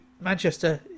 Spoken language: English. Manchester